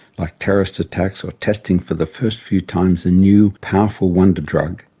like terrorist attacks or testing for the first few times a new, powerful wonder drug,